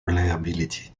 reliability